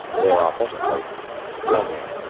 there are hotter places, stormier,